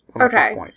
Okay